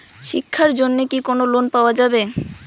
শিক্ষার জন্যে কি কোনো লোন পাওয়া যাবে?